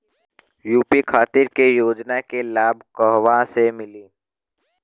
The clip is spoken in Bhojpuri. यू.पी खातिर के योजना के लाभ कहवा से मिली?